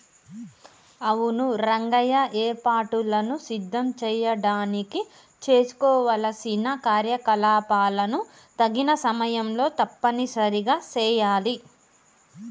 అవును రంగయ్య ఏర్పాటులను సిద్ధం చేయడానికి చేసుకోవలసిన కార్యకలాపాలను తగిన సమయంలో తప్పనిసరిగా సెయాలి